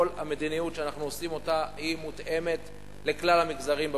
כל המדיניות שאנחנו עושים אותה מותאמת לכלל המגזרים במדינה.